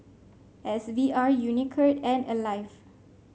S V R Unicurd and Alive